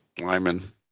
Lyman